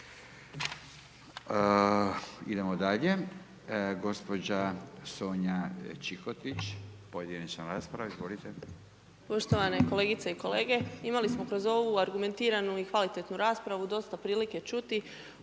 Idemo dalje. Gospođa Sonja Čikotić, pojedinačna rasprava, izvolite. **Čikotić, Sonja (Nezavisni)** Poštovane kolegice i kolege. Imali smo kroz ovu argumentiranu i kvalitetnu raspravu dosta prilike čuti,